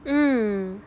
mm